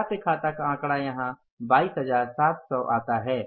प्राप्य खाता का आंकड़ा यहां 22700 आता है